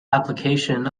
application